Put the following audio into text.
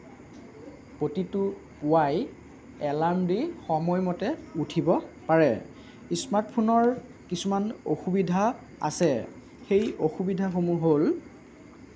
প্ৰতিটো পুৱাই এলাৰ্ম দি সময়মতে উঠিব পাৰে স্মাৰ্টফোনৰ কিছুমান অসুবিধা আছে সেই অসুবিধাসমূহ হ'ল